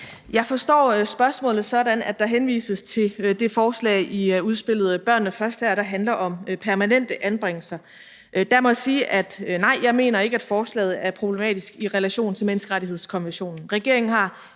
Jeg forstår spørgsmålet sådan, at der henvises til det forslag i udspillet »Børnene Først«, der handler om permanente anbringelser. Der må jeg sige: Nej, jeg mener ikke, at forslaget er problematisk i relation til menneskerettighedskonventionen. Regeringen har